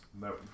no